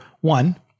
one